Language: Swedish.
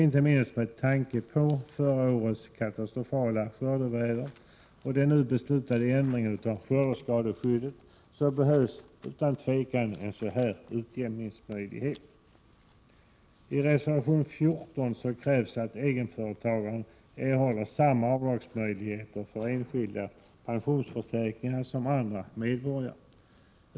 Inte minst med tanke på förra årets katastrofala skördeväder och den nu beslutade ändringen av skördeskadeskyddet, behövs utan tvivel en sådan här utjämningsmöjlighet. I reservation 14 krävs att egenföretagarna skall erhålla samma avdragsmöjligheter för enskilda pensionsförsäkringar som andra medborgare.